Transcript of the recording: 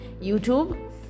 YouTube